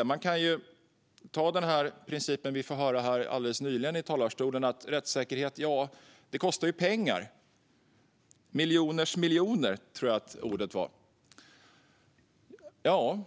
Som exempel kan vi ta den princip som vi alldeles nyss fick höra från talarstolen, nämligen att rättssäkerhet kostar pengar. Miljoners miljoner, tror jag att orden var. Ja,